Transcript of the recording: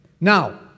Now